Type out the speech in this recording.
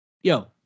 yo